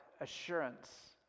assurance